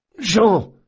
Jean